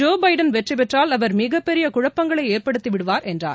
Joe Biden வெற்றி பெற்றால் அவர் மிகப்பெரிய குழப்பங்களை ஏற்படுத்திவிடுவார் என்றார்